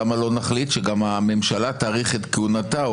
למה לא נחליט שגם הממשלה תאריך את כהונתה או